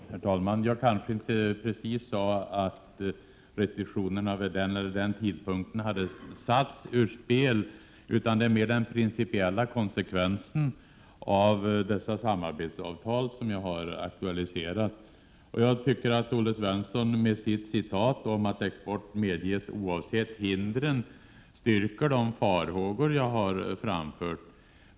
Herr talman! Jag kanske inte precis sade att restriktionerna vid den eller den tidpunkten hade satts ur spel, utan det är mera den principiella konsekvensen av dessa samarbetsavtal som jag har aktualiserat. Jag tycker att Olle Svensson med sitt citat om att export medges oavsett hindren styrker de farhågor jag har framfört.